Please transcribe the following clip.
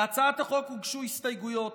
להצעת החוק הוגשו הסתייגויות.